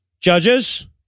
Judges